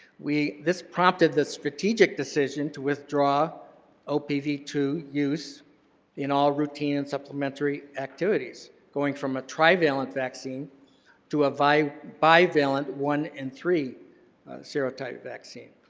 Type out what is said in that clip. we this prompted the strategic decision to withdraw opv two use in all routine and supplementary activities going from a trivalent vaccine to a bi bi bivalent one in three serotypes vaccine.